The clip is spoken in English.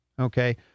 Okay